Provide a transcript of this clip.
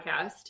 podcast